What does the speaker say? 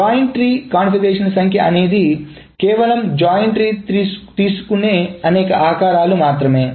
join tree కాన్ఫిగరేషన్ల సంఖ్య అనేది కేవలం జాయిన్ ట్రీ తీసుకునే అనేక ఆకారాలు మాత్రమే